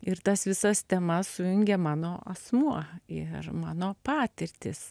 ir tas visas temas sujungia mano asmuo ir mano patirtys